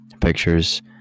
Pictures